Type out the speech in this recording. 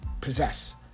possess